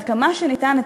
עד כמה שניתן,